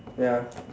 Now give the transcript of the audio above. ya